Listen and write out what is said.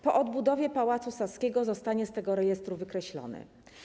Po odbudowie Pałacu Saskiego zostanie on z tego rejestru wykreślony.